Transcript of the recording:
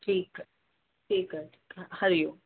ठीकु आहे ठीकु आहे ठीकु आहे हरिओम